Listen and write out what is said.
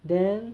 then